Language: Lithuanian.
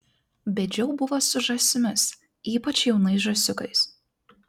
bėdžiau buvo su žąsimis ypač jaunais žąsiukais